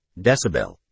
Decibel